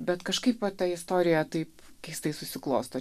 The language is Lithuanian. bet kažkaip va ta istorija taip keistai susiklosto